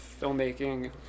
filmmaking